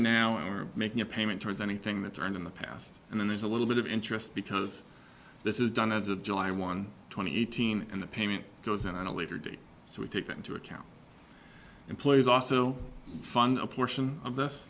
are making a payment towards anything that are in the past and then there's a little bit of interest because this is done as of july one twenty eighteen and the payment goes in a later date so we take that into account employees also fund a portion of this